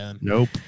Nope